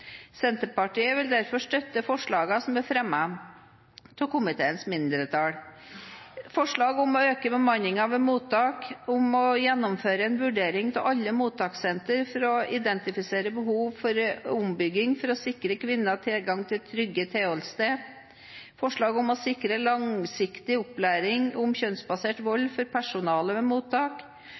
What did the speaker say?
Senterpartiet vil derfor støtte forslagene som er fremmet av komiteens mindretall. Det gjelder forslaget om å øke bemanningen ved mottak, forslaget om å gjennomføre en vurdering av alle mottakssenter for å identifisere behov for ombygging for å sikre kvinner tilgang til trygge tilholdssteder, forslaget om å sikre langsiktig opplæring om kjønnsbasert vold for personale ved mottak,